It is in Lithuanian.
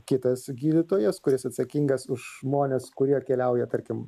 kitas gydytojas kuris atsakingas už žmones kurie keliauja tarkim